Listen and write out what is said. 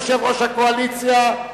יושב-ראש הקואליציה,